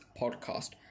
Podcast